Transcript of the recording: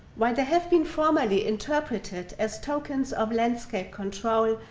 while they have been formally interpreted as tokens of landscape control,